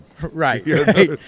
right